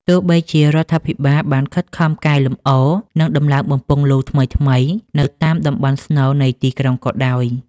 ទោះបីជារដ្ឋាភិបាលបានខិតខំកែលម្អ និងដំឡើងបំពង់លូថ្មីៗនៅតាមតំបន់ស្នូលនៃទីក្រុងក៏ដោយ។